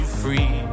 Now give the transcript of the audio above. free